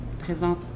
présente